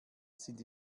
sind